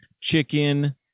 chicken